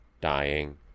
dying